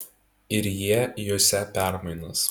ir jie jusią permainas